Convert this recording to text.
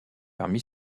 parmi